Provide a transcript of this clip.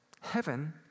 heaven